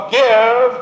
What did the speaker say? give